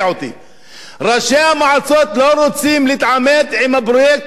ראשי המועצות לא רוצים להתעמת עם הפרויקט "תוכנית מיתאר",